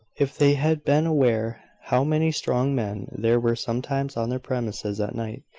if they had been aware how many strong men there were sometimes on their premises at night,